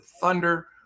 Thunder